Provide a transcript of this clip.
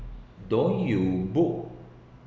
don’t you book